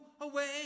away